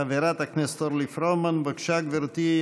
חברת הכנסת אורלי פרומן, בבקשה, גברתי.